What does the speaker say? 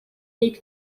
riik